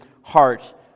heart